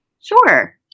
sure